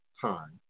time